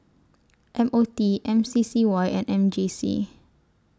M O T M C C Y and M J C